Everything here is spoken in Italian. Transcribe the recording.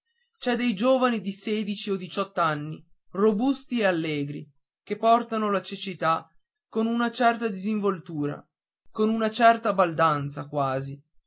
c'è dei giovani di sedici o diciott'anni robusti e allegri che portano la cecità con una certa disinvoltura con una certa baldanza quasi